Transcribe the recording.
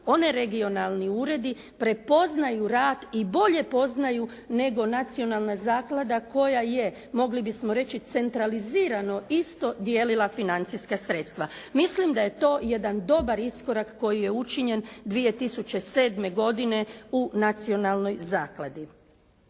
oni regionalni uredi prepoznaju rad i bolje poznaju nego nacionalna zaklada koja je mogli bismo reći centralizirano isto dijelila financijska sredstva. Mislim da je to jedan dobar iskorak koji je učinjen 2007. godine u nacionalnoj zakladi.